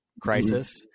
crisis